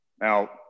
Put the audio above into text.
now